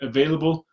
Available